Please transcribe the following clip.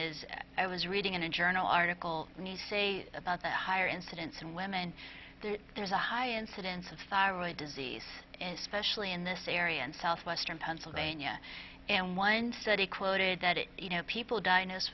is i was reading in a journal article when you say about that higher incidence in women there's a high incidence of thyroid disease in specially in this area in southwestern pennsylvania and one study quoted that you know people diagnosed